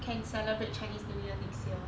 can celebrate chinese new year next year